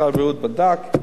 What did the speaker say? משרד הבריאות בדק,